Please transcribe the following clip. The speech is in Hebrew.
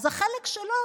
אז החלק שלו,